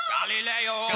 Galileo